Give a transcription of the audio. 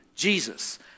Jesus